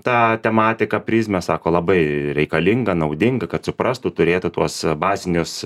tą tematiką prizmę sako labai reikalinga naudinga kad suprastų turėtų tuos bazinius